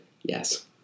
yes